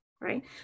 Right